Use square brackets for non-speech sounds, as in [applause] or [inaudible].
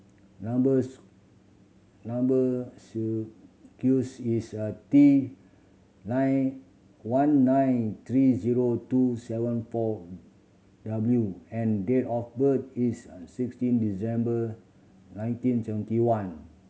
number [unintelligible] number [unintelligible] is a T nine one nine three zero two seven four W and date of birth is sixteen December nineteen seventy one